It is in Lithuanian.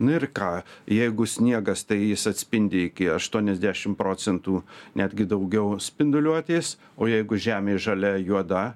nu ir ką jeigu sniegas tai jis atspindi iki aštuoniasdešim procentų netgi daugiau spinduliuotės o jeigu žemė žalia juoda